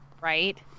Right